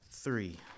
Three